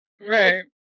Right